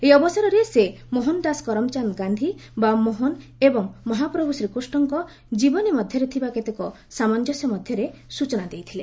ଏହି ଅବସରରେ ସେ ମୋହନଦାସ କରମଚାନ୍ଦ ଗାନ୍ଧି ବା ମୋହନ ଏବଂ ମହାପ୍ରଭୁ ଶ୍ରୀକୃଷ୍ଣଙ୍କ ଜୀବନୀ ମଧ୍ୟରେ ଥିବା କେତେକ ସାମଞ୍ଜସ୍ୟ ମଧ୍ୟରେ ସ୍ଚନା ଦେଇଥିଲେ